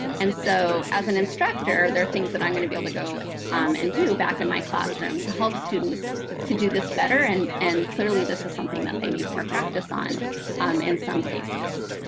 and so as an instructor, there are things that i'm going to be able to go um and do back in my classroom to help students to do this better. and and clearly this is something that they need more practice on um in some cases.